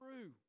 true